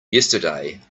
yesterday